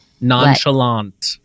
Nonchalant